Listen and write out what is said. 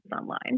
online